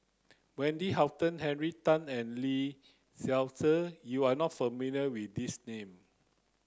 wendy Hutton Henry Tan and Lee Seow Ser you are not familiar with these name